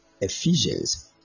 Ephesians